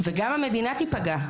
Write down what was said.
גם המדינה תיפגע,